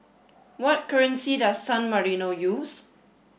what currency does San Marino use